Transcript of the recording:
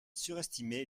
surestimé